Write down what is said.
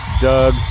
Doug